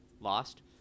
lost